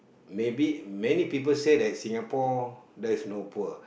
maybe many people say Singapore there is no poor